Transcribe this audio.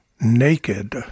Naked